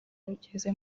rugeze